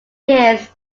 years